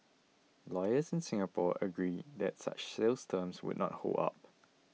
lawyers in Singapore agree that such sales terms would not hold up